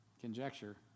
conjecture